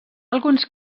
alguns